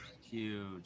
huge